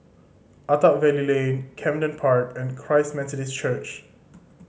Attap Valley Lane Camden Park and Christ Methodist Church